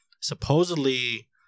Supposedly